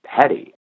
petty